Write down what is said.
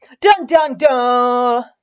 Dun-dun-dun